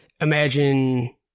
Imagine